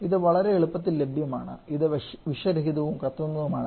ഇത് വളരെ എളുപ്പത്തിൽ ലഭ്യമാണ് ഇത് വിഷരഹിതവും കത്തുന്നതുമാണ്